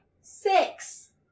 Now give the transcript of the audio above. Six